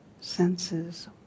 senses